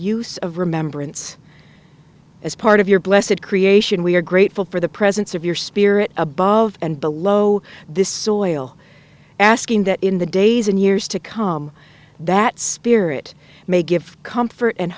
use of remembrance as part of your bless it creation we are grateful for the presence of your spirit above and below this soil asking that in the days and years to come that spirit may give comfort and